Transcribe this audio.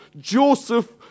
Joseph